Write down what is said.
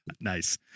Nice